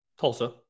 Tulsa